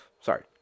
Sorry